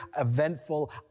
eventful